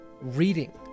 reading